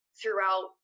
throughout